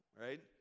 right